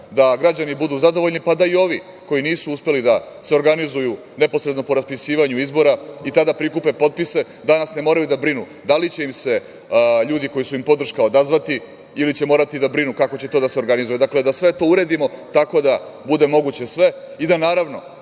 da građani budu zadovoljni, pa da i ovi koji nisu uspeli da se organizuju neposredno po raspisivanju izbora i tada prikupe potpise. Danas ne moraju da brinu da li će im se ljudi koji su im podrška odazvati ili će morati da brinu kako će to da se organizuje, dakle, da sve to uredimo tako da bude moguće sve i da, naravno,